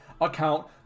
account